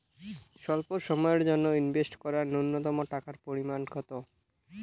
স্বল্প সময়ের জন্য ইনভেস্ট করার নূন্যতম টাকার পরিমাণ কত?